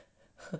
!huh!